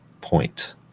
point